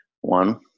One